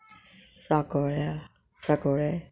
Sancoale Sancoale